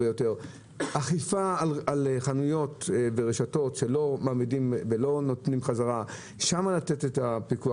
כדי להגביר אכיפה על חנויות ורשתות שלא מחזירות את הכסף,